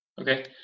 Okay